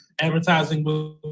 advertising